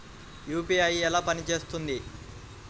UPI ఎలా పనిచేస్తుంది?